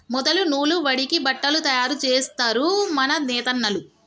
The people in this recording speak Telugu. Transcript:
మొదలు నూలు వడికి బట్టలు తయారు జేస్తరు మన నేతన్నలు